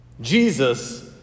Jesus